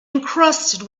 encrusted